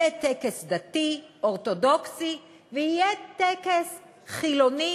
יהיה טקס דתי אורתודוקסי ויהיה טקס חילוני